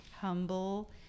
Humble